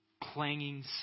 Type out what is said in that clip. clanging